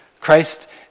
Christ